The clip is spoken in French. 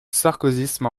sarkozysme